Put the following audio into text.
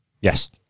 Yes